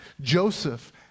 Joseph